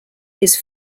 his